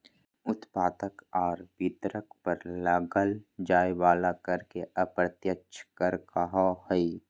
उत्पादक आर वितरक पर लगाल जाय वला कर के अप्रत्यक्ष कर कहो हइ